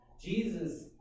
Jesus